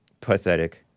Pathetic